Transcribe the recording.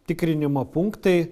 tikrinimo punktai